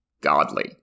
godly